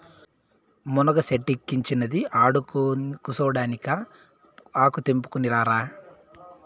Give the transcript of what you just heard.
మునగ సెట్టిక్కించినది ఆడకూసోడానికా ఆకు తెంపుకుని రారా